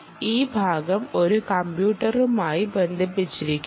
ഈ ഭാഗo ഒരു കമ്പ്യൂട്ടറുമായി ബന്ധിപ്പിച്ചിരിക്കുന്നു